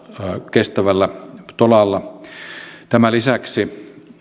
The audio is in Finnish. kestävällä tolalla tämän lisäksi